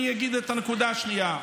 אני אדבר על הנקודה השנייה.